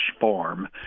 farm